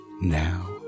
Now